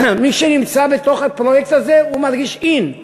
מי שנמצא בתוך הפרויקט הזה מרגיש in,